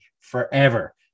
forever